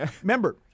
Remember